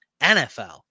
NFL